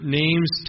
names